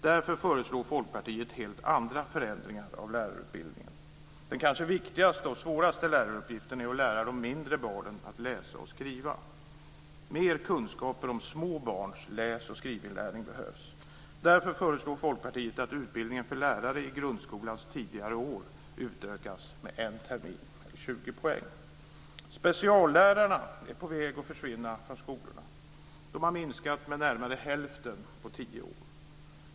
Därför föreslår Folkpartiet helt andra förändringar av lärarutbildningen. Den kanske viktigaste och svåraste läraruppgiften är att lära de mindre barnen att läsa och skriva. Mer kunskaper om små barns läs och skrivinlärning behövs. Därför föreslår Folkpartiet att utbildningen för lärare i grundskolans tidigare år utökas med en termin, med 20 poäng. Speciallärarna är på väg att försvinna från skolorna. De har minskat med närmare hälften på tio år.